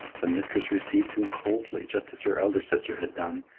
the mistress received him coldly, just as her elder sister had done,